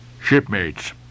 Shipmates